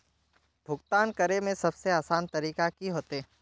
भुगतान करे में सबसे आसान तरीका की होते?